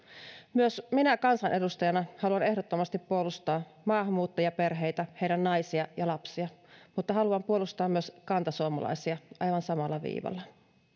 myös minä kansanedustajana haluan ehdottomasti puolustaa maahanmuuttajaperheitä niiden naisia ja lapsia mutta haluan puolustaa myös kantasuomalaisia aivan samalla viivalla